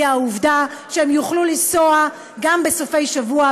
היא העובדה שבסופי שבוע,